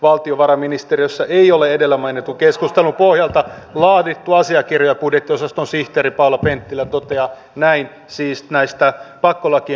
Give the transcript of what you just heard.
valtiovarainministeriössä ei ole edellä mainitun keskustelun pohjalta laadittu asiakirjoja budjettiosaston sihteeri paula penttilä toteaa näin siis tästä pakkolakien perustuslainmukaisuudesta